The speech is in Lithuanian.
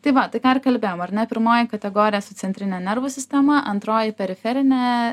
tai va tai ką ir kalbėjom ar ne pirmoji kategorija su centrine nervų sistema antroji periferinė